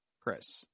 Chris